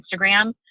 Instagram